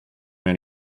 mio